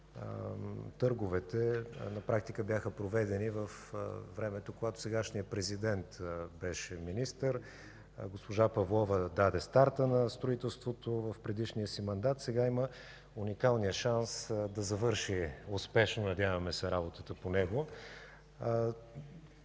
търговете на практика бяха проведени във времето, когато сегашният президент беше министър. Госпожа Павлова даде старта на строителството в предишния си мандат, сега има уникалния шанс да завърши успешно, надяваме се, работата по него.